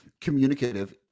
communicative